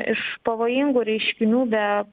iš pavojingų reiškinių be